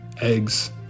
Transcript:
eggs